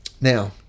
Now